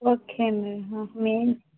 okay అండి మేము